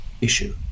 issue